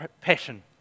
passion